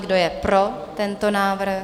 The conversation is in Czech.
Kdo je pro tento návrh?